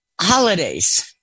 Holidays